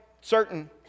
certain